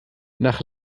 nach